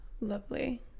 lovely